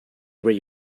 where